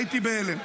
הייתי בהלם.